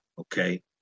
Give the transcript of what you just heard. Okay